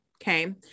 Okay